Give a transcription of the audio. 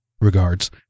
Regards